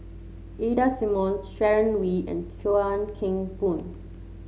Ida Simmons Sharon Wee and Chuan Keng Boon